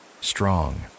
strong